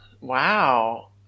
Wow